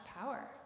power